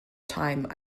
time